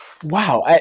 Wow